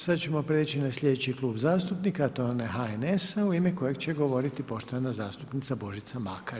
Sad ćemo prijeći na sljedeći klub zastupnika, a to je onaj HNS-a u ime kojeg će govoriti poštovana zastupnica Božica Makar.